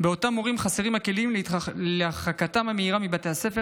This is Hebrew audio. באותם מורים חסרים הכלים להרחקתם המהירה מבתי הספר,